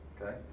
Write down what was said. Okay